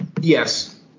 Yes